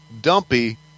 dumpy